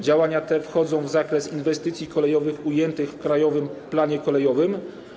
Działania te wchodzą w zakres inwestycji kolejowych ujętych w krajowym planie kolejowym.